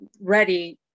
ready